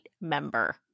member